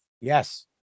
Yes